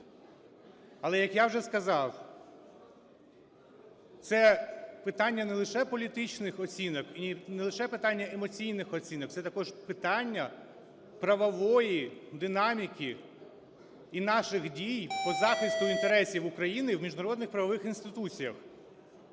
Але, як я вже сказав, це питання не лише політичних оцінок і не лише питання емоційних оцінок, це також питання правової динаміки і наших дій по захисту інтересів України в міжнародних правових інституціях.